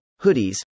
hoodies